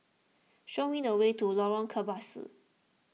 show me the way to Lorong Kebasi